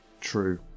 True